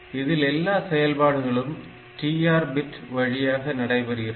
இதில் எல்லா செயல்பாடுகளும் TR bit வழியாக நடைபெற்றது